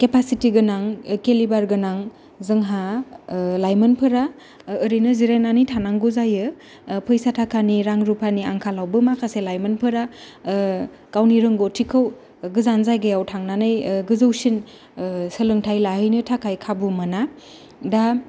capacity गोनां केलिभार गोनां जोंहा लायमोनफोरा ओरैनो जिरायनानै थानांगौ जायो फैसा थाखानि रां रुपानि आंखालावबो माखासे लायमोनफोरा गावनि रोंगौथिखौ गोजान जायगायाव थांनानै गोजौसिन सोलोंथाय लाहैनो थाखाय खाबु मोना दा